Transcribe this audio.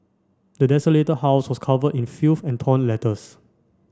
the desolated house was covered in filth and torn letters